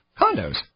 condos